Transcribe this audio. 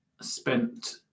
spent